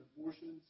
abortions